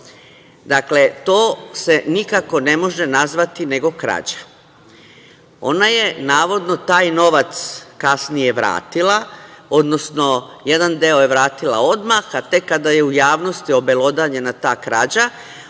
Dakle, to se nikako ne može nazvati nego krađa. Ona je navodno taj novac kasnije vratila, odnosno jedan deo je vratila odmah, a tek kada je u javnosti obelodanjena ta krađa